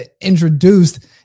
introduced